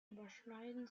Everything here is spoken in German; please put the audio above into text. überschneiden